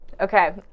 Okay